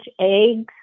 eggs